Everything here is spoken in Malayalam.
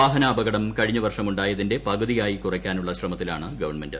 വാഹനാപകടം കഴിഞ്ഞ വർഷം ഉണ്ടായതിന്റെ പകുതിയായി കുറക്കാനുള്ള ശ്രമത്തിലാണ് ഗവൺമെന്റ്